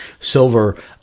silver